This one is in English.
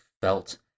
felt